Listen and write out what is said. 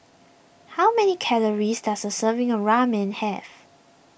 how many calories does a serving of Ramen have